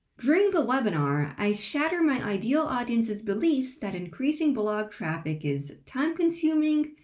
during the webinar, i shatter my ideal audience's beliefs that increasing blog traffic is time-consuming,